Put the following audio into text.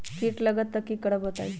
कीट लगत त क करब बताई?